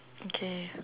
okay